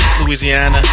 Louisiana